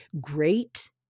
great